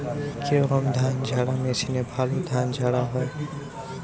কি রকম ধানঝাড়া মেশিনে ভালো ধান ঝাড়া হয়?